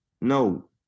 no